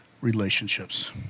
relationships